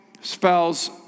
Spells